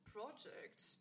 project